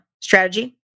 strategy